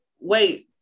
wait